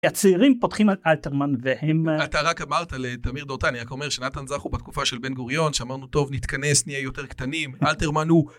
הצעירים פותחים על אלתרמן ואם, אתה רק אמרת לדמיר דורטני, רק אומר, שנתן זכו בתקופה של בן גוריון שאמרנו טוב נתכנס נהיה יותר קטנים אלתרמן הוא.